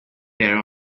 there